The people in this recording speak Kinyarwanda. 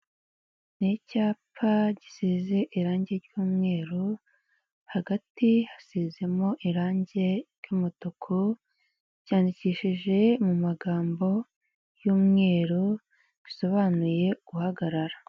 Ni icyapa gisize irangi ry'umweru hagati hasizemo irangi ry'umutuku cyandikishije mu magambo y'umweruro bisobanuye guhagarara.